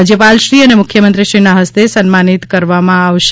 રાજ્યપાલશ્રી અને મુખ્યમંત્રીશ્રીના હસ્તે સન્માનિત કરવામાં આવશે